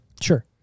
Sure